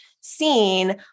seen